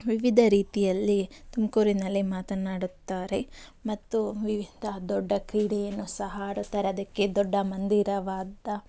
ವಿವಿಧ ರೀತಿಯಲ್ಲಿ ತುಮಕೂರಿನಲ್ಲಿ ಮಾತನಾಡುತ್ತಾರೆ ಮತ್ತು ವಿವಿಧ ದೊಡ್ಡ ಕ್ರೀಡೆಯನ್ನು ಸಹ ಆಡುತ್ತಾರೆ ಅದಕ್ಕೆ ದೊಡ್ಡ ಮಂದಿರವಾದ